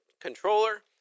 controller